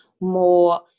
more